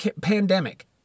pandemic